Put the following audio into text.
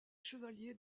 chevalier